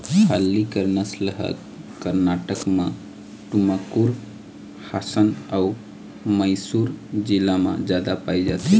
हल्लीकर नसल ह करनाटक म टुमकुर, हासर अउ मइसुर जिला म जादा पाए जाथे